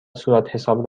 صورتحساب